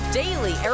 daily